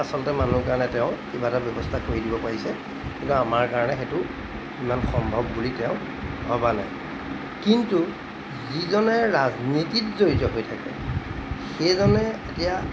আচলতে মানুহৰ কাৰণে তেওঁ কিবা এটা ব্যৱস্থা কৰি দিব পাৰিছে কিন্তু আমাৰ কাৰণে সেইটো ইমান সম্ভৱ বুলি তেওঁ ভবা নাই কিন্তু যিজনে ৰাজনীতিত জড়িত হৈ থাকে সেইজনে এতিয়া